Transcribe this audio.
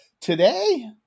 Today